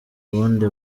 bundi